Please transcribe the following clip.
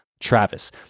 Travis